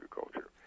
agriculture